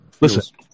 Listen